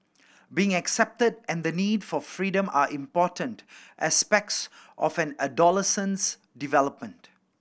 being accepted and the need for freedom are important aspects of an adolescent's development